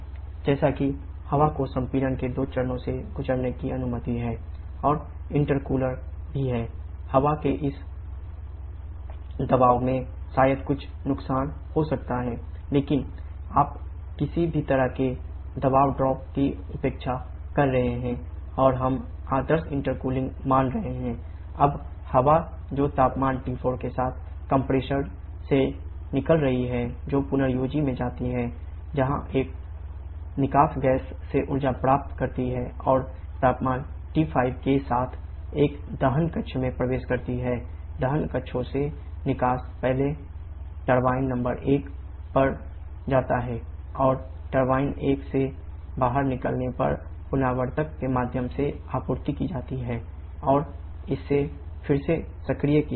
जैसा कि हवा को संपीड़न के दो चरणों से गुजरने की अनुमति है और इंटरकूलर के माध्यम से आपूर्ति की जाती है और इसे फिर से सक्रिय किया जाता है